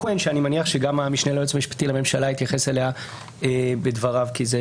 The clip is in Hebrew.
כהן שאני מניח שגם המשנה ליועץ המשפטי לממשלה יתייחס אליה בדבריו כי זה